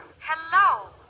Hello